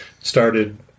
started